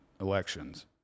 elections